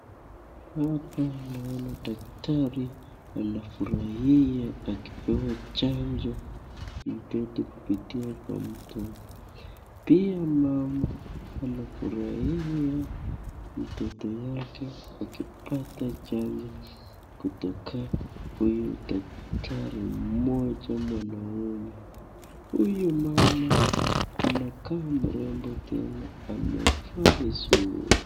Hapa naona daktari anafurahia akipewa chanjo mtoto kupitia kwa mdomo, pia mama anafurahia mtoto yake akipata chanjo kutoka huyu daktari mmoja mwanaume. Huyu mama anakaa mrembo tena amevaa vizuri.